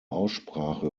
aussprache